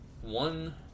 one